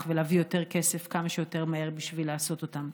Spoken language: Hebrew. ולהביא יותר כסף כמה שיותר מהר כדי לעשות אותם.